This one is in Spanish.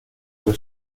sus